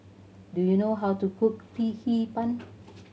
do you know how to cook Hee Pan